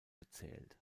gezählt